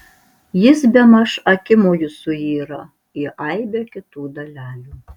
jis bemaž akimoju suyra į aibę kitų dalelių